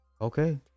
Okay